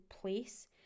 place